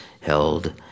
held